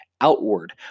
outward